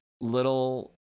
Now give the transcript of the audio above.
little